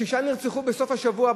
שישה נרצחו בסוף השבוע,